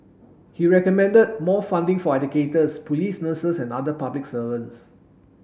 he recommended more funding for educators police nurses and other public servants